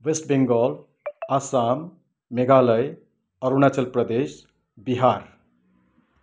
West Bengal Assam Meghalaya Arunachal Pradesh Bihar